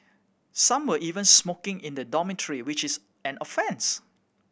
some were even smoking in the dormitory which is an offence